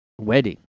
wedding